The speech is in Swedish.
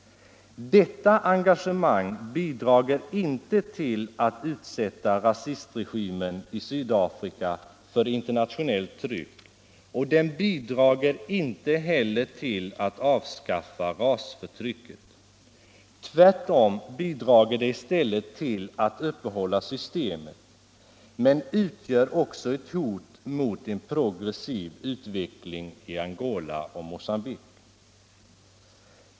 Detta engagemang bidrager inte till att utsätta rasistregimen i Sydafrika för internationellt tryck, och den bidrager inte heller till att avskaffa rasförtrycket. Tvärtom bidrager det i stället till att uppehålla systemet, men utgör också ett hot mot en progressiv utveckling i Angola och Mocambique.